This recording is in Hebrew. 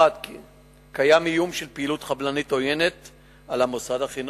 1. קיים איום של פעילות חבלנית עוינת על המוסד החינוכי,